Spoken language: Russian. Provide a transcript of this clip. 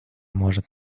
может